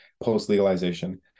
post-legalization